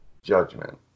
Judgment